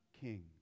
King